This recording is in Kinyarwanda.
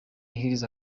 hills